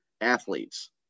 athletes